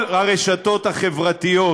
כל הרשתות החברתיות